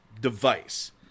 device